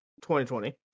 2020